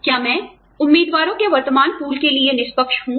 क्या मैं उम्मीदवारों के वर्तमान पूल के लिए निष्पक्ष हूँ